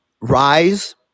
rise